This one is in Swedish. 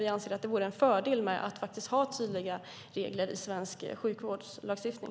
Vi anser att det vore en fördel att ha tydliga regler i svensk sjukvårdslagstiftning.